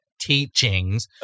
Teachings